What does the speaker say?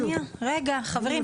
שנייה חברים,